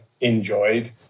enjoyed